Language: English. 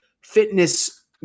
fitness